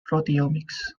proteomics